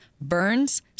burns